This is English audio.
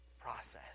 process